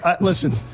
Listen